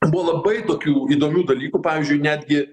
buvo labai tokių įdomių dalykų pavyzdžiui netgi